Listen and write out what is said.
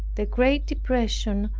the great depression,